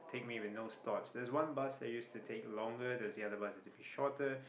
take me with no stops there's one bus that used to take longer there another bus that be shorter